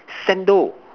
sandal